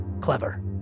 clever